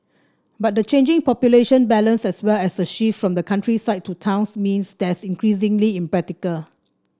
but the changing population balance as well as a shift from the countryside to towns means that's increasingly impractical